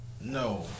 No